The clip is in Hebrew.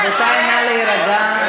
רבותי, נא להירגע.